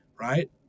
right